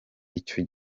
icyo